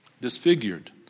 disfigured